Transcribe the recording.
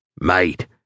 Mate